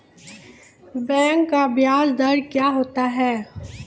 Bank का ब्याज दर क्या होता हैं?